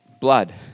Blood